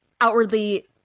outwardly